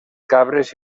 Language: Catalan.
cabres